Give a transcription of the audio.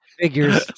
figures